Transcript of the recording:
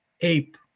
ape